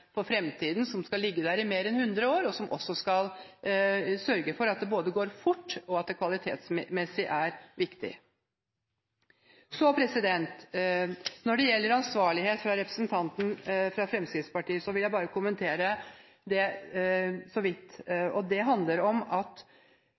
for fremtiden – som skal ligge der i mer enn 100 år – og som også skal sørge for at det går fort, og at det kvalitetsmessige er viktig. Så når det gjelder ansvarlighet fra representanten fra Fremskrittspartiet, vil jeg bare kommentere det så vidt.